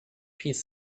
piece